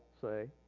say